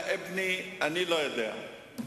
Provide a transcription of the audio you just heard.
אני אומר לכם,